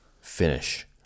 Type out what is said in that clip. finish